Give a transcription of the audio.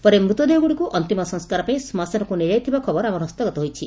ପରେ ମୃତଦେହଗୁଡିକୁ ଅନ୍ତିମ ସଂସ୍କାର ପାଇଁ ଶ୍ବଶାନକୁ ନିଆଯାଇଥିବା ଖବର ଆମର ହସ୍ତଗତ ହୋଇଛି